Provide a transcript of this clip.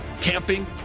camping